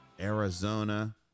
Arizona